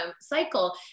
cycle